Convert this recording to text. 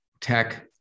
tech